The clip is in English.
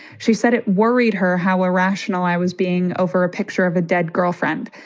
she said it worried her how irrational i was being over a picture of a dead girlfriend.